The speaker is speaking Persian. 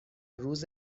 روز